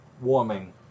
warming